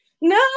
No